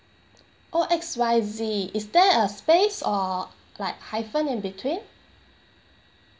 oh X Y Z is there a space or like hyphen in between